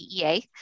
CEA